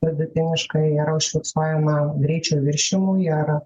vidutiniškai yra užfiksuojama greičio viršijimų ir